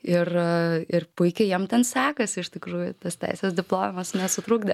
ir ir puikiai jiem ten sekasi iš tikrųjų tas teisės diplomas nesutrukdė